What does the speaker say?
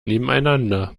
nebeneinander